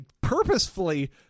purposefully